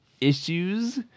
issues